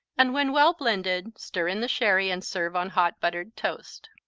and when well-blended stir in the sherry and serve on hot, buttered toast.